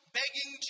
begging